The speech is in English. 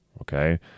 okay